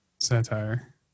Satire